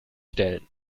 stellen